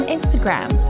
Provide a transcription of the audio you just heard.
Instagram